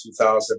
2000